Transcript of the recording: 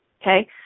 okay